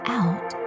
out